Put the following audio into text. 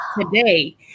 today